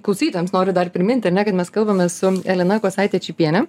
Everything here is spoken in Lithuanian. klausytojams noriu dar primint kad mes kalbamės su elena kosaite čypiene